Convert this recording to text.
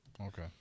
Okay